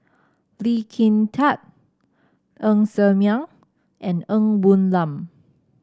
Lee Kin Tat Ng Ser Miang and Ng Woon Lam